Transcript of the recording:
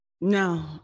No